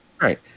Right